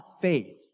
faith